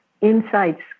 insights